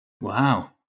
Wow